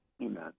amen